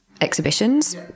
exhibitions